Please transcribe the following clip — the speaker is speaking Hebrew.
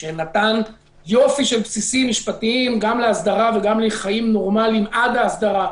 שנתן יופי של בסיסים משפטיים גם להסדרה וגם לחיים נורמליים עד ההסדרה,